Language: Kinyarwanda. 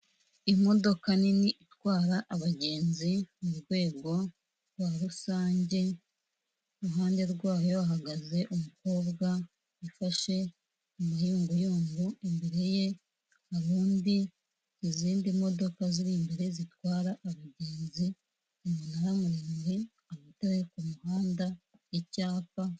Imodoka nini itwara abagenzi mu rwego rwa rusange, iruhande rwayo hahagaze umukobwa ufashe mu mayunguyungu, imbere ye ubundi izindi modoka ziri imbere zitwara abagenzi, umunara muremure, amatara yo ku muhanda, icyapa...